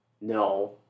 no